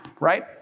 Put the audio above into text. right